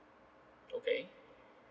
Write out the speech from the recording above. okay